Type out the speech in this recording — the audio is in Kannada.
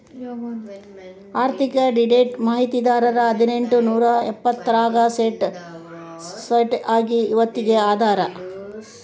ಆರ್ಥಿಕ ಡೇಟಾ ಮಾಹಿತಿದಾರರು ಹದಿನೆಂಟು ನೂರಾ ಎಪ್ಪತ್ತರಾಗ ಸ್ಟಾರ್ಟ್ ಆಗಿ ಇವತ್ತಗೀ ಅದಾರ